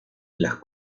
las